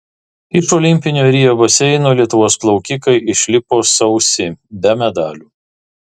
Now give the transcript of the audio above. iš olimpinio rio baseino lietuvos plaukikai išlipo sausi be medalių